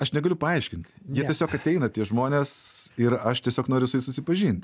aš negaliu paaiškint jie tiesiog ateina tie žmonės ir aš tiesiog noriu su jais susipažint